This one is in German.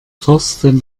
thorsten